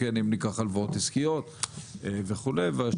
אם ניקח הלוואות עסקיות וכו'.